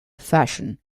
fashion